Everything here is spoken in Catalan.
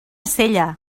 sella